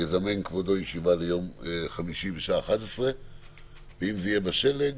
יזמן כבודו ישיבה ליום חמישי בשעה 11:00. ואם זה יהיה בשלג,